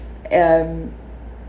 um